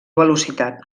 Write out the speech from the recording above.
velocitat